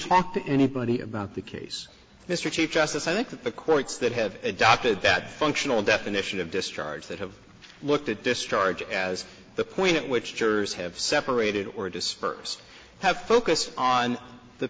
talked to anybody about the case mr chief justice i think that the courts that have adopted that functional definition of discharge that have looked at discharge as the point at which jurors have separated or dispersed have focused on the